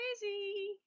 crazy